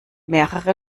mehrere